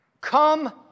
Come